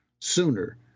sooner